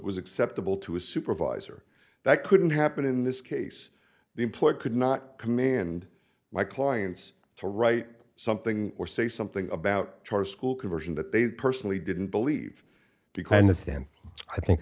was acceptable to a supervisor that couldn't happen in this case the employer could not command my clients to write something or say something about charter school conversion that they personally didn't believe